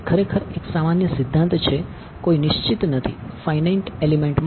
તેથી તે ખરેખર એક સામાન્ય સિદ્ધાંત છે કોઈ નિશ્ચિત નથી ફાઈનાઈટ એલિમેંટ માટે